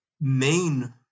main